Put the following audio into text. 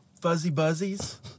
fuzzy-buzzies